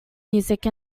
music